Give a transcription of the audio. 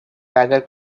dagger